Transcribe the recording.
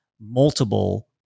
multiple